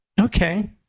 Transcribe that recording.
Okay